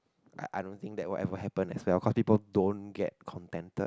I I don't think that will ever happen as well because people don't get contended